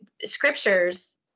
scriptures